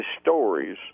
Stories